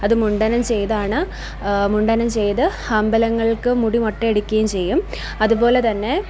അത് മുണ്ഡനം ചെയ്താണ് മുണ്ഡനം ചെയ്ത് അമ്പലങ്ങള്ക്ക് മുടി മൊട്ടയടിക്കുകയും ചെയ്യും അതുപോലെത്തന്നെ